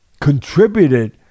contributed